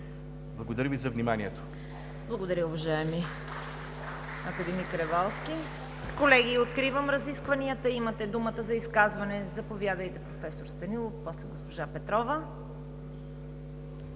ЦВЕТА КАРАЯНЧЕВА: Благодаря, уважаеми академик Ревалски. Колеги, откривам разискванията. Имате думата за изказване. Заповядайте, професор Станилов. После госпожа Петрова.